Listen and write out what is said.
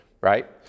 Right